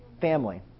family